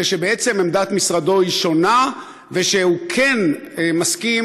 ושבעצם עמדת משרדו שונה ושהוא כן מסכים